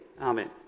Amen